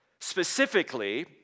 Specifically